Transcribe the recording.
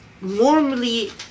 normally